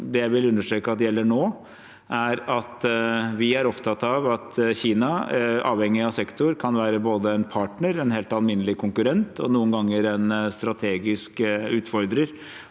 det jeg vil understreke gjelder nå, er at vi er opptatt av at Kina, avhengig av sektor, kan være både en partner, en helt alminnelig konkurrent og noen ganger en strategisk og